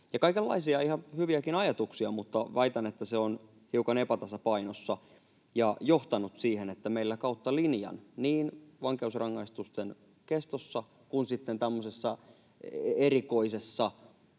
Kaikenlaisia ihan hyviäkin ajatuksia, mutta väitän, että se on hiukan epätasapainossa ja johtanut meillä kautta linjan niin vankeusrangaistusten kestoon kuin sitten